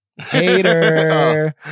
hater